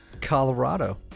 Colorado